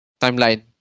timeline